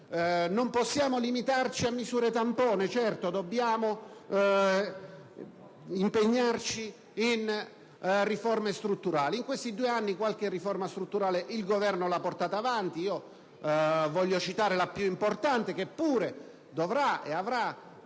non possiamo limitarci a misure tampone: dobbiamo impegnarci in riforme strutturali. In questi due anni qualche riforma strutturale il Governo l'ha portata avanti. Voglio citare la più importante, che pure dovrà avere